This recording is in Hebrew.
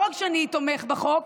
לא רק שאני תומך בחוק,